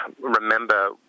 remember